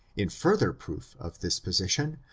in further proof of this position,